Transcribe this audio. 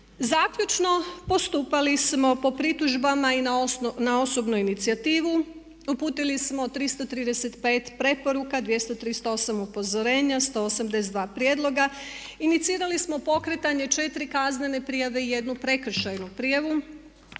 Zaključno postupali smo po pritužbama i na osobnu inicijativu. Uputili smo 335 preporuka, 238 upozorenja, 182 prijedloga, inicirali smo pokretanje 4 kaznene prijave i 1 prekršajnu prijavu.